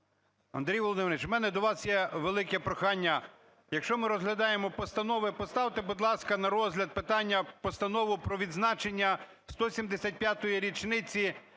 Андрій Володимирович, у мене до вас є велике прохання. Якщо ми розглядаємо постанови, поставте, будь ласка, на розгляд питання Постанову про відзначення 175-річниці